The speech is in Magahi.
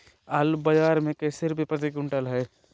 आलू बाजार मे कैसे रुपए प्रति क्विंटल है?